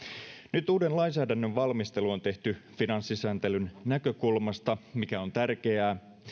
nyt uuden lainsäädännön valmistelu on tehty finanssisääntelyn näkökulmasta mikä on tärkeää